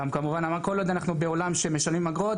כל עוד אנחנו בעולם שמשלמים אגרות,